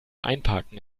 einparken